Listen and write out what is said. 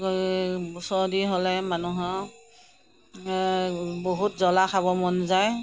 এই চৰ্দি হ'লে মানুহৰ বহুত জ্ৱলা খাব মন যায়